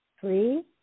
three